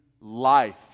life